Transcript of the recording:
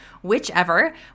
whichever